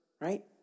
right